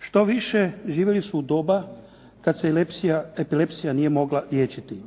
Što više, živjeli su u doba kad se epilepsija nije mogla liječiti.